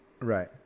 right